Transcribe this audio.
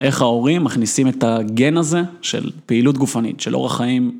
איך ההורים מכניסים את הגן הזה של פעילות גופנית, של אורח חיים.